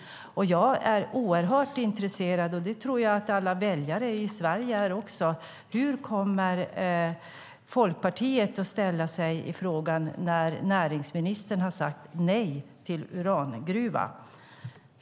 Jag är oerhört intresserad, och det tror jag att alla väljare i Sverige är, av att veta: Hur kommer Folkpartiet att ställa sig i frågan när näringsministern har sagt nej till urangruva?